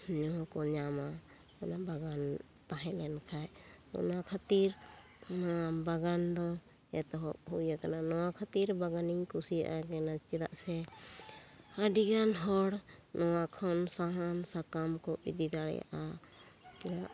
ᱧᱩ ᱦᱚᱸᱠᱚ ᱧᱟᱢᱟ ᱢᱟᱱᱮ ᱵᱟᱜᱟᱱ ᱛᱟᱦᱮᱸ ᱞᱮᱱ ᱠᱷᱟᱱ ᱚᱱᱟ ᱠᱷᱟᱹᱛᱤᱨ ᱵᱟᱜᱟᱱ ᱫᱚ ᱮᱛᱚᱦᱚᱵ ᱦᱩᱭ ᱟᱠᱟᱱᱟ ᱱᱚᱶᱟ ᱠᱷᱟᱹᱛᱤᱨ ᱵᱟᱜᱟᱱ ᱤᱧ ᱠᱩᱥᱤᱭᱟᱜᱼᱟ ᱪᱮᱫᱟᱜ ᱥᱮ ᱟᱹᱰᱤ ᱜᱟᱱ ᱦᱚᱲ ᱱᱚᱶᱟ ᱠᱷᱚᱱ ᱥᱟᱦᱟᱱ ᱥᱟᱠᱟᱢ ᱠᱚ ᱤᱫᱤ ᱫᱟᱲᱮᱭᱟᱜᱼᱟ